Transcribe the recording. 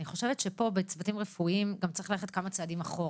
אני חושבת שפה בצוותים רפואיים גם צריך ללכת כמה צעדים אחורה.